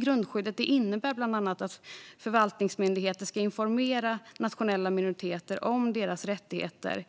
Grundskyddet innebär bland annat att förvaltningsmyndigheter ska informera nationella minoriteter om deras rättigheter,